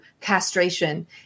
castration